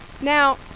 Now